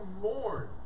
mourn